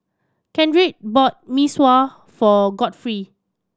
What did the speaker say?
Kendrick bought Mee Sua for Godfrey